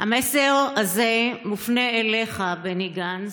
המסר הזה מופנה אליך, בני גנץ,